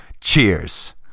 Cheers